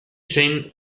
zein